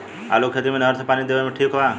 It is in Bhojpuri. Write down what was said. आलू के खेती मे नहर से पानी देवे मे ठीक बा?